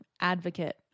advocate